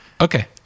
Okay